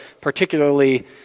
particularly